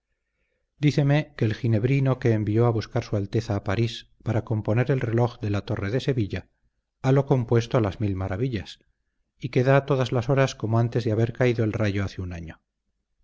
díceme que el ginebrino que envió a buscar su alteza a parís para componer el reloj de la torre de sevilla halo compuesto a las mil maravillas y que da todas las horas como antes de haber caído el rayo hace un año